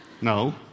No